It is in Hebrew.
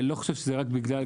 אני לא חושב שזה רק בגלל,